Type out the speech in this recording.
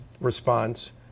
response